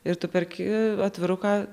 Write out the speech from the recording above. ir tu perki atviruką